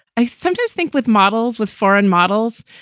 i sometimes think with models, with foreign models,